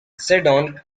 seddon